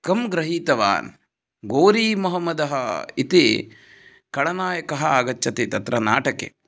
कं गृहीतवान् गोरी महम्मद् इति खलनायकः आगच्छति तत्र नाटके